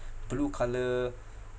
blue colour